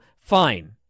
fine